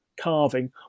carving